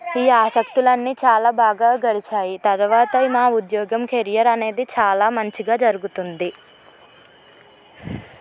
ఈ ఆసక్తులన్ని బాగా గడిచాయి తరువాత నా ఉద్యోగం కెరియర్ అనేది చాలా మంచిగా జరుగుతుంది